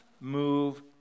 move